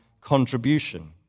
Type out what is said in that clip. contribution